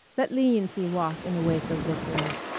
let leniency walk in the wake of victory.